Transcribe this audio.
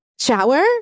Shower